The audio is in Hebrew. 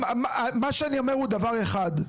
מה שאני אומר הוא דבר אחד: